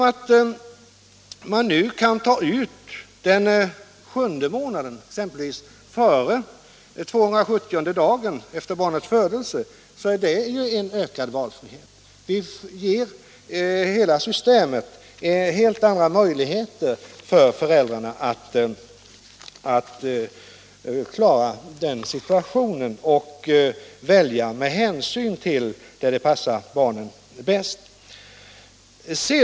Att man nu kan ta ut den sjunde månaden exempelvis före den 270:e dagen efter barnets födelse ger en ökad valfrihet. Det systemet ger föräldrarna helt andra möjligheter att klara sin situation genom att välja den tid som passar barnet bäst.